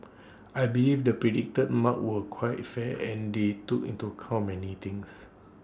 I believe the predicted marks were quite fair and they took into account many things